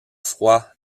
froid